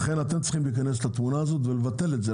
לכן רשות ההון צריכה להיכנס לתמונה הזאת ולבטל את זה.